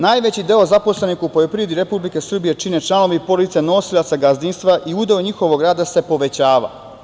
Najveći deo zaposlenih u poljoprivredi Republike Srbije čine članovi porodica nosilaca gazdinstva i udeo njihovog rada se povećava.